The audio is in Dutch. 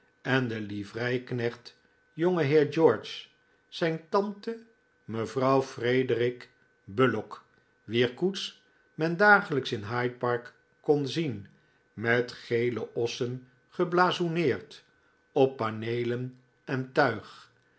en de livreiknecht jongeheer george zijn tante mevrouw frederic bullock wier koets men dagelijks in hyde park kon zien met gele ossen geblazoeneerd op paneelen en tuig